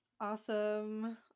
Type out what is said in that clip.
awesome